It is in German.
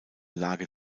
lage